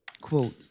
Quote